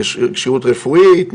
כשירות רפואית,